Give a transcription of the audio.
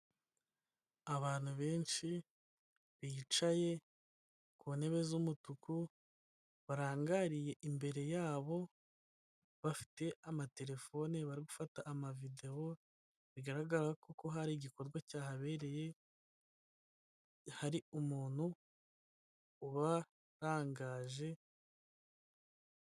Abantu benshi bicaye ku ntebe z'umutuku, barangariye imbere yabo, bafite amatelefone, bari gufata amavidewo bigaragara, ko ko hari igikorwa cyahabereye, hari umuntu ubarangaje.